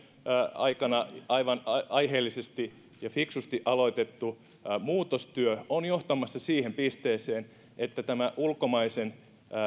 aikana aivan aiheellisesti ja fiksusti aloitettu muutostyö on johtamassa siihen pisteeseen että tämä ulkomaisten